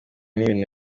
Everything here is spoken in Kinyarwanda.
n’ibintu